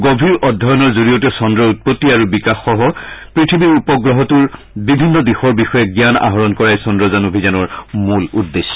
গভীৰ অধ্যয়নৰ জৰিয়তে চন্দ্ৰৰ উৎপত্তি আৰু বিকাশসহ পৃথিৱীৰ উপগ্ৰহটোৰ বিভিন্ন দিশৰ বিষয়ে জ্ঞান আহৰণ কৰাই চন্দ্ৰযান অভিযানৰ মূল উদ্দেশ্য